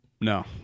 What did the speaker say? No